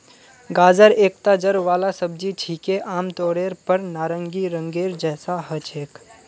गाजर एकता जड़ वाला सब्जी छिके, आमतौरेर पर नारंगी रंगेर जैसा ह छेक